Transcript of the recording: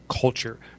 culture